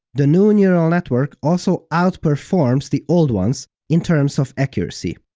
the new neural network also outperforms the old ones in terms of accuracy.